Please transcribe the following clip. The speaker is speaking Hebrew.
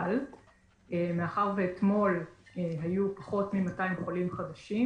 מאחר ואתמול היו פחות מ-200 חולים חדשים